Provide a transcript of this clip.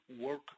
work